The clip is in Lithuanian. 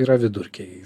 yra vidurkiai